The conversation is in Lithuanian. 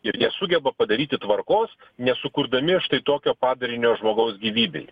ir nesugeba padaryti tvarkos nesukurdami štai tokio padarinio žmogaus gyvybei